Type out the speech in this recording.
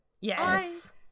Yes